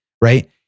right